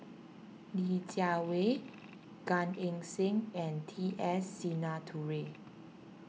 Li Jiawei Gan Eng Seng and T S Sinnathuray